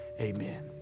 Amen